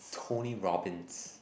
Tony Robbins